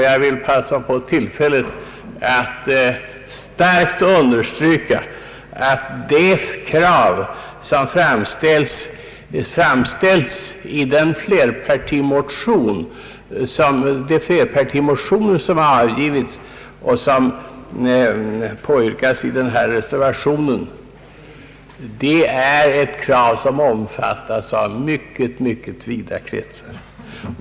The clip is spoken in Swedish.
Jag vill passa på tillfället att starkt understryka att det krav som framställs i de flerpartimotioner som avgivits och som påyrkas i reservationen är ett krav som omfattas av mycket vida kretsar.